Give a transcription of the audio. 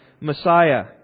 Messiah